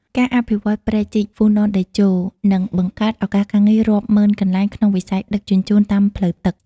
ការអភិវឌ្ឍព្រែកជីក "ហ្វូណនតេជោ" នឹងបង្កើតឱកាសការងាររាប់ម៉ឺនកន្លែងក្នុងវិស័យដឹកជញ្ជូនតាមផ្លូវទឹក។